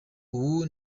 ubu